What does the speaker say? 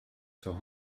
sur